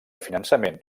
finançament